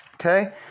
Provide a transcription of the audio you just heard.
Okay